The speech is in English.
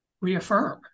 reaffirm